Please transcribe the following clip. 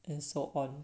and so on